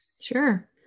Sure